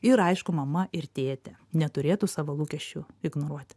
ir aišku mama ir tėtė neturėtų savo lūkesčių ignoruoti